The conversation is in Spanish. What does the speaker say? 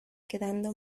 quedando